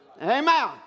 Amen